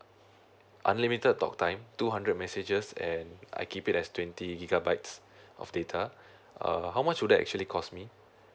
unlimited talk time two hundred messages and I keep it as twenty gigabytes of data uh how much would that actually cost me